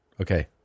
Okay